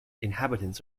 inhabitants